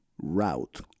route